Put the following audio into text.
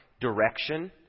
direction